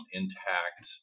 intact